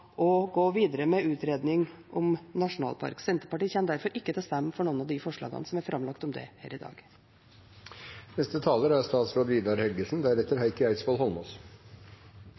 gå videre med utredning av nasjonalpark. Senterpartiet kommer derfor ikke til å stemme for noen av de forslagene som er framlagt om det her i dag.